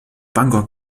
bangor